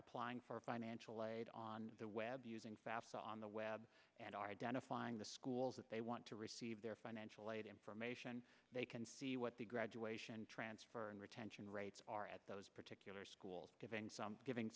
applying for financial aid on the web using fafsa on the web and are identifying the schools that they want to receive their financial aid information they can see what the graduation transfer and retention rates are at those particular schools giving some giving